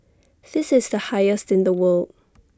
this is the highest in the world